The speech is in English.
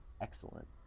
excellent